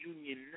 Union